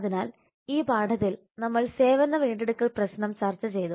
അതിനാൽ ഈ പാഠത്തിൽ നമ്മൾ സേവന വീണ്ടെടുക്കൽ പ്രശ്നം ചർച്ച ചെയ്തു